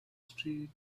street